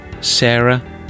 Sarah